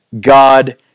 God